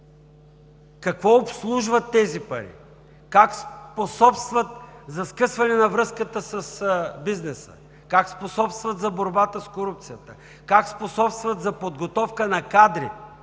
какво обслужват тези пари, как способстват за скъсване на връзката с бизнеса, как способстват за борбата с корупцията, как способстват за подготовка на